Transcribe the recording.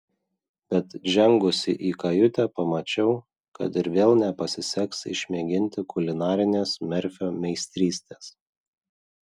bet žengusi į kajutę pamačiau kad ir vėl nepasiseks išmėginti kulinarinės merfio meistrystės